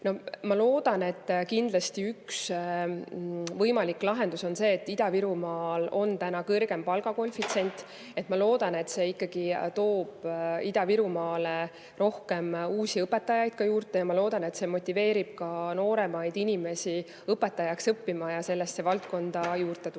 Ma loodan, et üks võimalik lahendus on see, et Ida-Virumaal on täna kõrgem palgakoefitsient. Ma loodan, et see ikkagi toob Ida-Virumaale rohkem uusi õpetajaid juurde, et see motiveerib ka nooremaid inimesi õpetajaks õppima ja sellesse valdkonda juurde tulema.